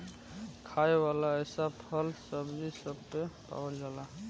खाए वाला रेसा फल, सब्जी सब मे पावल जाला